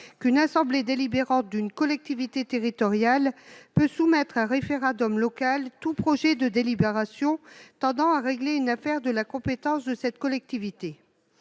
qu'une assemblée délibérante d'une collectivité territoriale peut soumettre à référendum local tout projet de délibération tendant à régler une affaire de la compétence de cette collectivité.